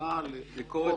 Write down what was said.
המדינה.